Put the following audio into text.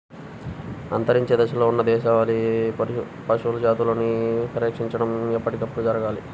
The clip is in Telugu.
అంతరించే దశలో ఉన్న దేశవాళీ పశువుల జాతులని పరిరక్షించడం ఎప్పటికప్పుడు జరగాలి